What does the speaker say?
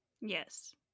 Yes